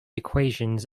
equations